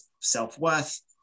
self-worth